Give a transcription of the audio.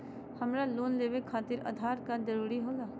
हमरा लोन लेवे खातिर आधार कार्ड जरूरी होला?